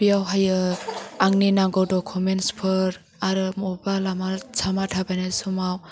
बेयावहायो आंनि नांगौ डकमेन्टसफोर आरो मबबा लामा सामा थाबायनाय समाव